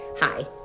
Hi